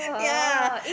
yeah